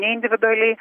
ne individualiai